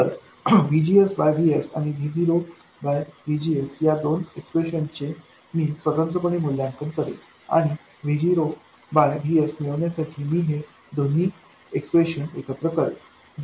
तर VGS VSआणि V0 VGSया दोन इक्स्प्रेशनचे मी स्वतंत्रपणे मूल्यांकन करेन आणि V0 VSमिळविण्यासाठी मी हे दोन्ही इक्स्प्रेशन एकत्र करेन